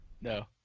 No